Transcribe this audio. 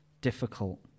difficult